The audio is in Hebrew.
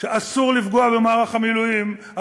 שאסור לפגוע במערך המילואים,